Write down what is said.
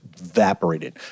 evaporated